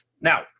Now